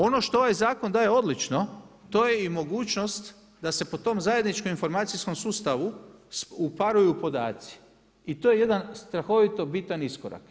Ono što je zakon daje odlično, to je i mogućnost da se po tom zajedničkom informacijskom sustavu, uparuju podaci i to je jedan strahovito bitan iskorak.